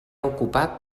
ocupat